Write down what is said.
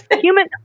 Human